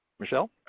michelle